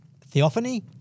Theophany